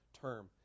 term